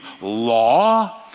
law